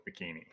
bikini